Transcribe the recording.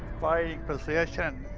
fighting position.